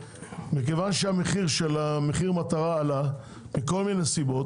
מכיוון שמחיר המטרה עלה מכל מיני סיבות,